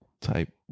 type